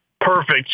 perfect